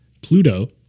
Pluto